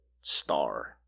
star